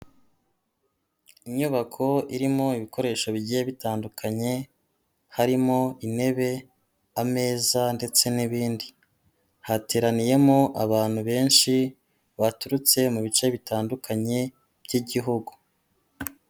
Inyubako irimo ibikoresho bigiye bitandukanye harimo intebe ameza ndetse n'ibindi, hateraniyemo abantu benshi baturutse mu bice bitandukanye by'igihugu.